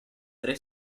tre